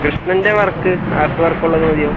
ക്രിസ്റ്റലിന്റെ work artwork ഉള്ളത് മതിയോ